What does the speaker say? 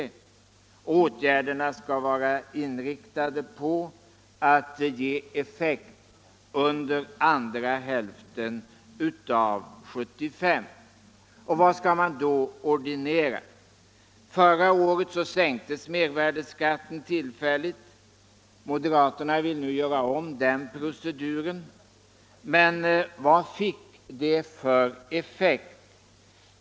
Och åtgärderna skall vara inriktade på att ge effekt under andra hälften av 1975. Vad skall vi då ordinera? Förra året sänktes mervärdeskatten tillfälligt. Moderaterna vill nu göra om den proceduren. Men vad fick det för effekt?